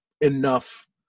enough